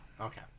okay